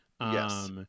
Yes